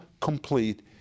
complete